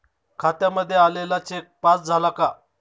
खात्यामध्ये आलेला cheque pass झाला का?